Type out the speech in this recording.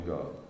God